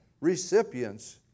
recipients